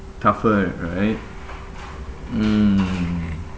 tougher right mm